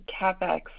CapEx